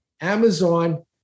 Amazon